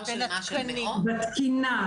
בתקינה,